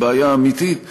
היא בעיה אמיתית,